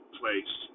place